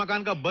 and but